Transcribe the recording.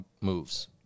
moves